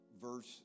verse